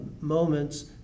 moments